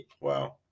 Wow